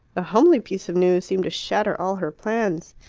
the homely piece of news seemed to shatter all her plans.